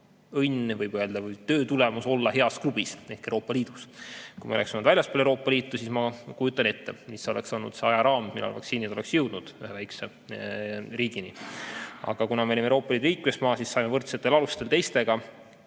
või võib öelda, töö tulemus olla heas klubis ehk Euroopa Liidus. Kui me oleks olnud väljaspool Euroopa Liitu, siis ma kujutan ette, mis oleks olnud see ajaraam, millal vaktsiinid oleks jõudnud ühe väikse riigini. Aga kuna me oleme Euroopa Liidu liikmesmaa, siis saime võrdsetel alustel teistega